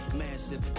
massive